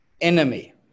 enemy